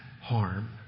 harm